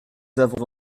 avons